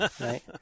right